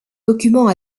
documents